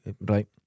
Right